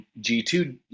G2